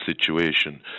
situation